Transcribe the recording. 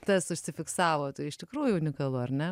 tas užsifiksavo tai iš tikrųjų unikalu ar ne